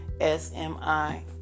SMI